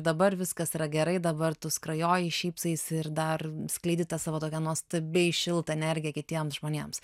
dabar viskas yra gerai dabar tu skrajoji šypsaisi ir dar skleidi tą savo tokią nuostabiai šiltą energiją kitiems žmonėms